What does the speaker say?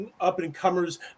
up-and-comers